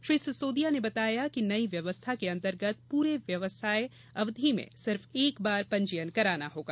श्री सिसौदिया ने बताया कि उन्होंने बताया कि नई व्यवस्था के अंतर्गत पूरे व्यवसाय अवधि में सिर्फ एक बार पंजीयन कराना होगा